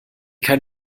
kein